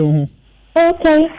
okay